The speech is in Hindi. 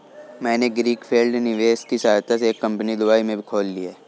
मैंने ग्रीन फील्ड निवेश की सहायता से एक कंपनी दुबई में भी खोल ली है